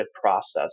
process